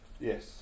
Yes